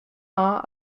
law